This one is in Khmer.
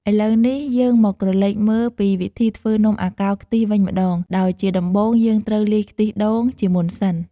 ឥឡូវនេះ យើងមកក្រឡេកមើលពីវិធីធ្វើនំអាកោរខ្ទិះវិញម្ដង ដោយជាដំបូង យើងត្រូវលាយទឹកខ្ទិះដូងជាមុនសិន។